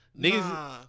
Niggas